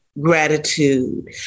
gratitude